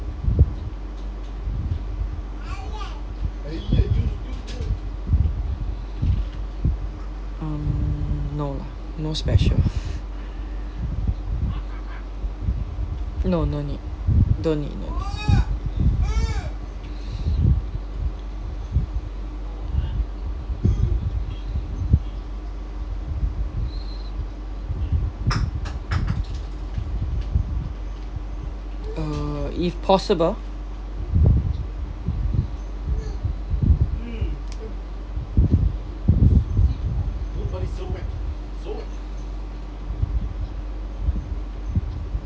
um no lah no special no no need don't need no need uh if possible